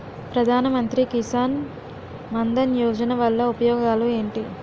ప్రధాన మంత్రి కిసాన్ మన్ ధన్ యోజన వల్ల ఉపయోగాలు ఏంటి?